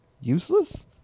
useless